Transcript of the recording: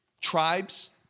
tribes